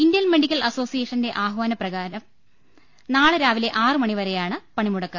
Indian medical അസോസി യേഷന്റെ ആഹ്വാനപ്രകാരം നാളെ രാവിലെ ആറുമണി വരെയാണ് പണിമു ടക്ക്